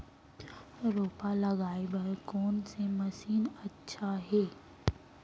रोपा लगाय बर कोन से मशीन अच्छा हे?